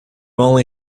only